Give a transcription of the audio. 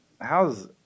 how's